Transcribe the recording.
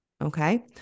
okay